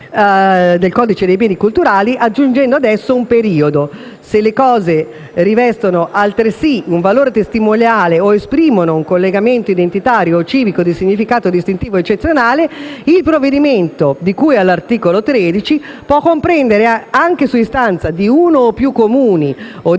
del codice dei beni culturali, aggiungendo ad esso un periodo: «Se le cose rivestono altresì un valore testimoniale o esprimono un collegamento identitario o civico di significato distintivo eccezionale, il provvedimento di cui all'articolo 13 può comprendere, anche su istanza di uno o più comuni o